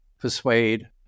persuade